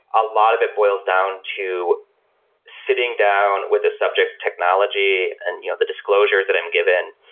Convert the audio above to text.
a lot of it boils down to sitting down with the subject technology and you know the disclosures that i'm given,